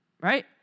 right